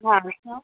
अछा